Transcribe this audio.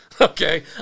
Okay